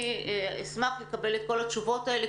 אשמח לקבל את כל התשובות האלה,